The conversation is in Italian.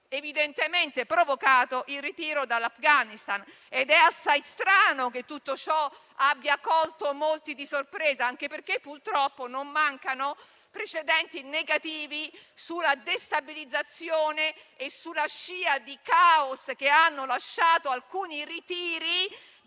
evidentemente provocato il ritiro dall'Afghanistan ed è assai strano che tutto ciò abbia colto molti di sorpresa, anche perché, purtroppo, non mancano precedenti negativi sulla destabilizzazione e sulla scia del caos lasciato dal ritiro